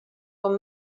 com